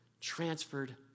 transferred